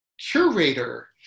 curator